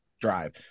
drive